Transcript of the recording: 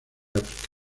áfrica